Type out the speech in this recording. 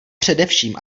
především